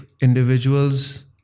individuals